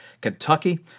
Kentucky